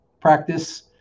practice